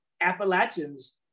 Appalachians